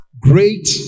great